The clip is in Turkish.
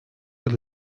yıl